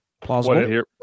Plausible